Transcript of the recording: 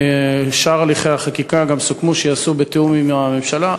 גם סוכם כי שאר הליכי החקיקה ייעשו בתיאום עם הממשלה.